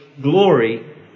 glory